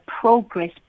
progress